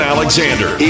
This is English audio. Alexander